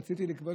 רק רציתי לכבוד,